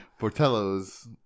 Portello's